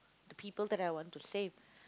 the people that I want to save